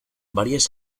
varias